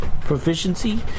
Proficiency